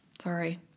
Sorry